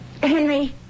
Henry